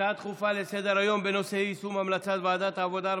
הצעה דחופה לסדר היום בנושא אי-יישום המלצות ועדת העבודה,